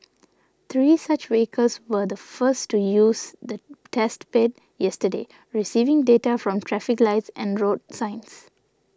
three such vehicles were the first to use the test bed yesterday receiving data from traffic lights and road signs